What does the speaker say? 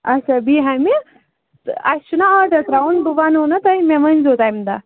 اَچھا بِہامہِ تہٕ اَسہِ چھُناہ آرڈر ترٛاوُن بہٕ وَنو نا تۄہہِ مےٚ ؤنۍزیٚو تَمہِ دۄہ